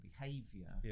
behavior